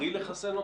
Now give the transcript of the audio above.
בריא לחסן אותו?